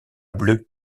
bleu